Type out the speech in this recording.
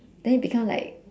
then it become like